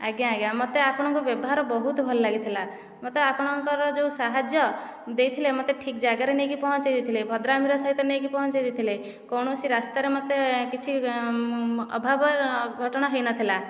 ଆଜ୍ଞା ଆଜ୍ଞା ମୋତେ ଆପଣଙ୍କ ବ୍ୟବହାର ବହୁତ ଭଲ ଲାଗିଥିଲା ମୋତେ ଆପଣଙ୍କର ଯେଉଁ ସାହାଯ୍ୟ ଦେଇଥିଲେ ମୋତେ ଠିକ୍ ଜାଗାରେ ନେଇକି ପହଞ୍ଚାଇ ଦେଇଥିଲେ ଭଦ୍ରାମିର ସହିତ ନେଇକି ପହଞ୍ଚେଇ ଦେଇଥିଲେ କୌଣସି ରାସ୍ତାରେ ମୋତେ କିଛି ଅଭାବ ଅଘଟଣ ହୋଇ ନଥିଲା